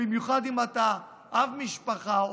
במיוחד אם אתה אב משפחה,